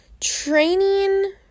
training